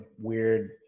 weird